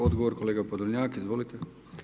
Odgovor kolega Podolnjak, izvolite.